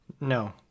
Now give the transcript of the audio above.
No